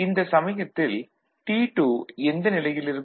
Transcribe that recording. இந்த சமயத்தில் T2 எந்த நிலையில் இருக்கும்